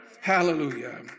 Hallelujah